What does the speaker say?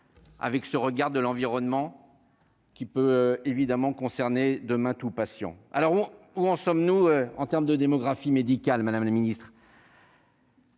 avec ce regard de l'environnement qui peut évidemment concerné demain tout patient alors où en sommes-nous en terme de démographie médicale Madame la ministre.